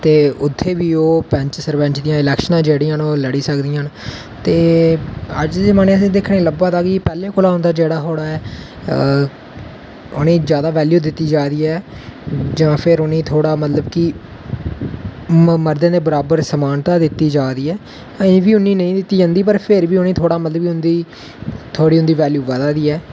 ते उत्थें बी ओह् पैंच सरपैंच दियां इलैक्शनां लड़ी सकदियां न ते अज्ज दे जमाने च असेंगी लब्भा दा कि उंदे कोला दा थोह्ड़ा उनेंगी जादा बैल्यू दित्ती जा दी ऐ जां उनेंगी तोह्ड़ा मतलव कि मर्दें दे बराबर समानता दित्ती जा दी ऐ अजें बी उनेंगी नेईं दित्ती जंदा पर उनेंगी मतसलव तोह्ड़ी उंदी बैल्यू बदा दी ऐ